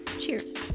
Cheers